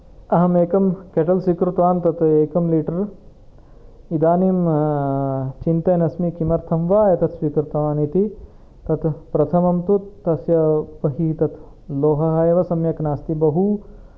अहम् एकं केटल् स्वीकृतवान् तत् एकं लीटर् इदानीं चिन्तयन् अस्ति किमर्थ्ं वा एतत् स्वीकृतवान् इति तत् प्रथमं तु तस्य बहिः तत् लोहः एव सम्यक् नास्ति बहु